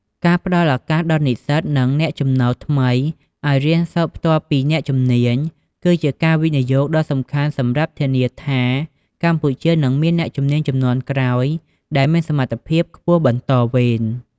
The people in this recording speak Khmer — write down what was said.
ការផ្តល់ឱកាសដល់និស្សិត និងអ្នកចំណូលថ្មីឱ្យរៀនសូត្រផ្ទាល់ពីអ្នកជំនាញ គឺជាការវិនិយោគដ៏សំខាន់សម្រាប់ធានាថា កម្ពុជានឹងមានអ្នកជំនាញជំនាន់ក្រោយដែលមានសមត្ថភាពខ្ពស់បន្តវេន។